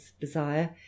desire